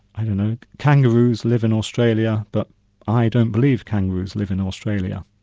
i don't know, kangaroos live in australia, but i don't believe kangaroos live in australia',